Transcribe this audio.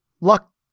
luck